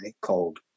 called